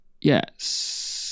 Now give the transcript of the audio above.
Yes